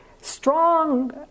strong